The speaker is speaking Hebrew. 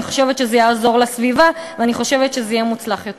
אני חושבת שזה יעזור לסביבה ואני חושבת שזה יהיה מוצלח יותר.